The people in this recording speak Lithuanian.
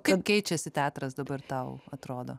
kaip keičiasi teatras dabar tau atrodo